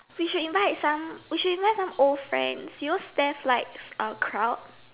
we should invite some we should invite some old friends you know Steph likes uh crowd